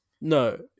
no